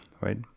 right